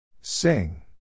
Sing